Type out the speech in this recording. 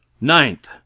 Ninth